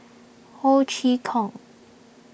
Ho Chee Kong